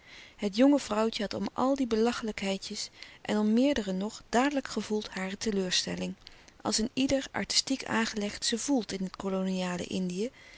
het jonge vrouwtje had om al die belachelijkheidjes en om meerdere nog dadelijk gevoeld hare teleurstelling als een ieder artistiek aangelegd ze voelt in het koloniale indië